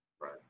Right